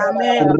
Amen